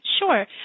Sure